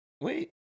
Wait